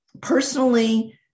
personally